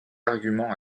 arguments